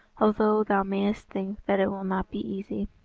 although thou mayest think that it will not be easy.